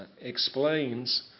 explains